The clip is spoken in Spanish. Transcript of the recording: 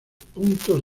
puntos